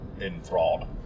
enthralled